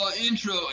intro